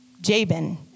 Jabin